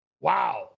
wow